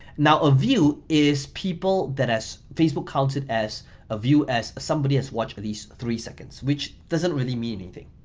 now a view is people that as, facebook counted as a view as somebody has watched these three seconds, which doesn't really mean anything.